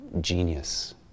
genius